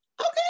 Okay